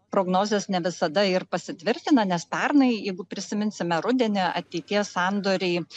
prognozės ne visada ir pasitvirtina nes pernai jeigu prisiminsime rudenį ateities sandoriai